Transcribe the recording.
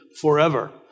forever